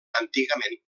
antigament